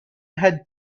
had